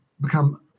become